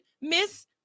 Miss